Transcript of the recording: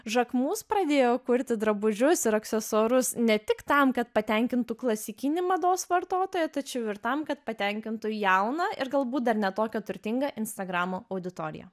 žakmus pradėjo kurti drabužius ir aksesuarus ne tik tam kad patenkintų klasikinį mados vartotoją tačiau ir tam kad patenkintų jauną ir galbūt dar ne tokią turtingą instagramo auditoriją